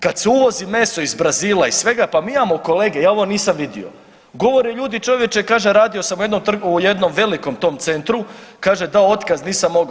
Kad se uvozi meso iz Brazila i svega pa mi imamo kolege ja ovo nisam vidio, govore ljudi čovječe kaže radio sam u jednom velikom tom centru kaže dao otkaz nisam mogao.